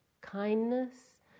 kindness